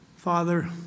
Father